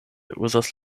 uzas